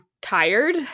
tired